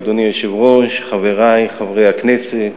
אדוני היושב-ראש, חברי חברי הכנסת,